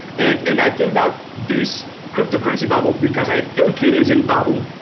and and i think that these cryptocurrency bubble, because i think it is a bubble,